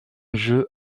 jeu